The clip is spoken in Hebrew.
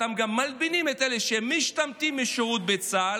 אתם גם מלבינים את אלה שמשתמטים משירות בצה"ל,